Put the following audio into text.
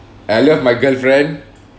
and I love my girlfriend